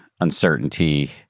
uncertainty